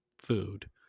food